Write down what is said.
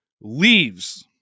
leaves